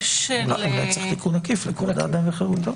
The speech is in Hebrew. אולי צריך תיקון עקיף לכבוד האדם וחירותו.